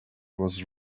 was